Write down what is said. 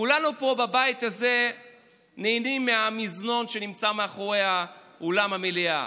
כולנו פה בבית הזה נהנים מהמזנון שנמצא מאחורי אולם המליאה.